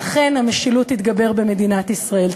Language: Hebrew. ואכן המשילות תתגבר במדינת ישראל.